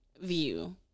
view